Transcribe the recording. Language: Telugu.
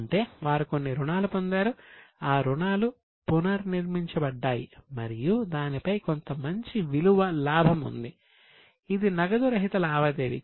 అంటే వారు కొన్ని రుణాలు పొందారు ఆ రుణాలు పునర్నిర్మించబడ్డాయి మరియు దానిపై కొంత మంచి విలువ లాభం ఉంది ఇది నగదు రహిత లావాదేవీ